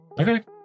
okay